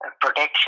protection